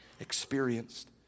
experienced